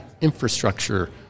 infrastructure